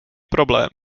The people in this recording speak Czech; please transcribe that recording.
problémy